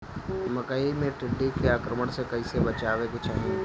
मकई मे टिड्डी के आक्रमण से कइसे बचावे के चाही?